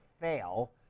fail